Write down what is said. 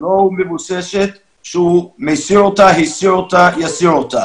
לא מבוססת, שהוא מסיר אותו, הסיר אותו יסיר אותו.